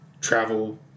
travel